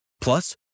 Plus